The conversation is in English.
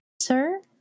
Sir